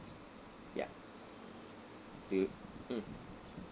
ya do you mm